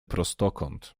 prostokąt